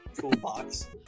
toolbox